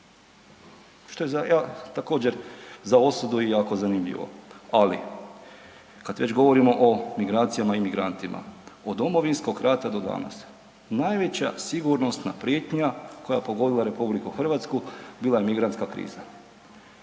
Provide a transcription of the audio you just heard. što je također za osudu i jako zanimljivo. Ali kada već govorimo o migracijama i migrantima, od Domovinskog rata do danas najveća sigurnosna prijetnja koja je pogodila RH bila je migrantska kriza.